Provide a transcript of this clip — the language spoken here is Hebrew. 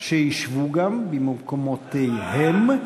שישבו במקומותיהם.